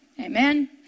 Amen